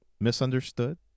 misunderstood